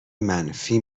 منفی